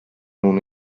una